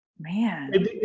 Man